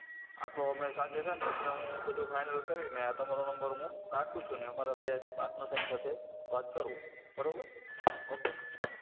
હા આ તો અમે સાંજે છે ને તમને બધું ફાઈનલ કરીને આ તમારા નંબર હું રાખું છું અને અમારા બે પાટનર છે એની સાથે વાત કરું બરાબર ઓકે